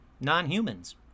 non-humans